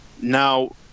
Now